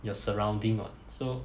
your surrounding [what] so